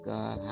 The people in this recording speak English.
God